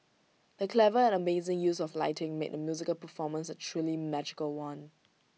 the clever and amazing use of lighting made the musical performance A truly magical one